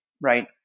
right